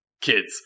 Kids